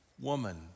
Woman